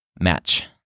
match